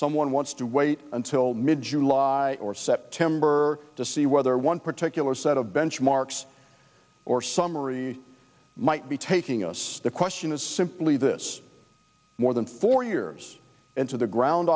someone wants to wait until mid july or september to see whether one particular set of benchmarks or summary might be taking us the question is simply this more than four years into the ground